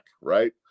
right